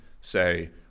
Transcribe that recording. say